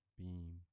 beam